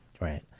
right